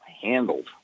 handled